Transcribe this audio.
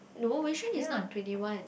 no Wei-xuan is not twenty one